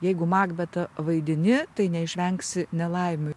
jeigu makbetą vaidini tai neišvengsi nelaimių